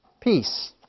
Peace